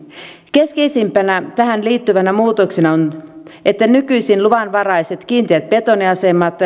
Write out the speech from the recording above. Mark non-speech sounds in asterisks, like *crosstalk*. keskeisimpänä tähän liittyvänä muutoksena on että nykyisin luvanvaraiset kiinteät betoniasemat *unintelligible*